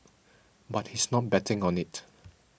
but he's not betting on it